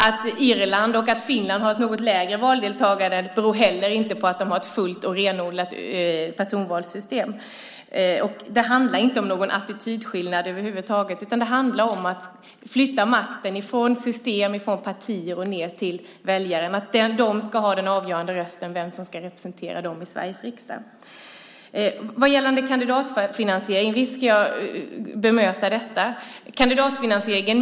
Att Irland och Finland har ett något lägre valdeltagande beror inte heller på att de har ett fullt och renodlat personvalssystem. Det handlar inte om någon attitydskillnad över huvud taget. Det handlar om att flytta makten från system och partier ned till väljarna. Det är de som ska ha den avgörande rösten när det gäller vem som ska representera dem i Sveriges riksdag. Jag vill bemöta det du säger om kandidatfinansiering.